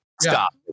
Stop